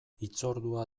hitzordua